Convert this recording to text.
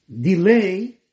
Delay